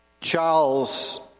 Charles